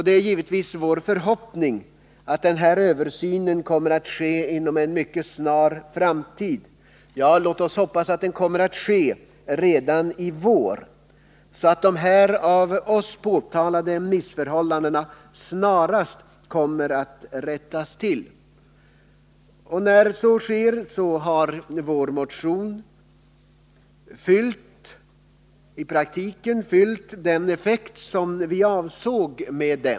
Det är givetvis också vår förhoppning att denna översyn Nr 113 kommer att ske inom en mycket snar framtid — ja, låt oss hoppas att den Fredagen den kommer att ske redan i vår — så att de av oss påtalade missförhållandena 28 mars 1980 snarast kommer att rättas till. När så sker har också vår motion i praktiken == fått den effekt vi avsåg.